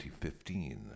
2015